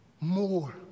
more